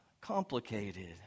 complicated